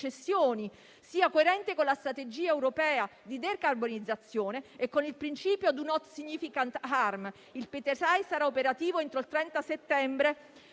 concessioni, sia coerente con la strategia europea di decarbonizzazione e con il principio *do not significant harm*. Il Pitesai sarà operativo entro il 30 settembre